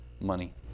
money